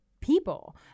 people